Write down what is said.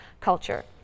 Culture